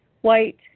white